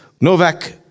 Novak